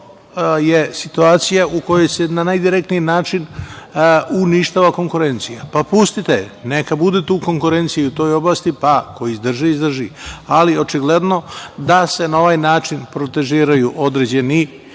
je situacija u kojoj se na najdirektniji način uništava konkurencija. Pustite neka bude konkurencija i u toj oblasti, pa ko izdrži, izdrži. Ali, očigledno da se na ovaj način protežiraju određeni